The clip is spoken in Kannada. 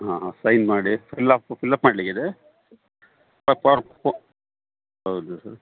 ಹಾಂ ಹಾಂ ಸೈನ್ ಮಾಡಿ ಫಿಲ್ಲಾಫ್ಫು ಫಿಲ್ಲಪ್ ಮಾಡಲಿಕ್ಕಿದೆ ಆ ಫಾರ್ಮು ಹೌದು ಸರ್